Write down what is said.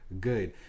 good